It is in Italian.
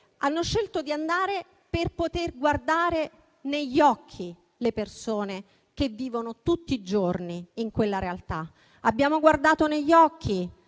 ad occhio nudo, per poter guardare negli occhi le persone che vivono tutti i giorni in quella realtà. Abbiamo guardato negli occhi